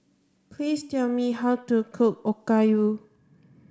please tell me how to cook Okayu